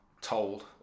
told